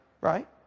right